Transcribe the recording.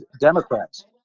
Democrats